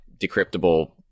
decryptable